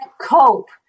cope